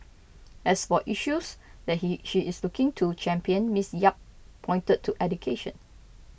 as for issues that he she is looking to champion Miss Yap pointed to education